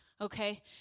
okay